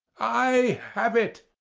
i have it!